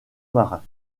marins